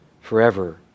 forever